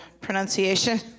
pronunciation